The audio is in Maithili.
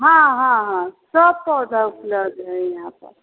हँ हँ हँ सभ पौधा उपलब्ध हइ यहाँपर